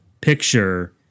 picture